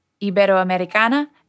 Iberoamericana